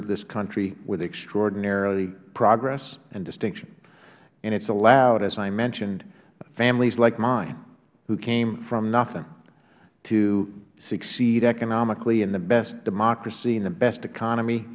served this country with extraordinary progress and distinction and it has allowed as i mentioned families like mine who came from nothing to succeed economically in the best democracy in the best economy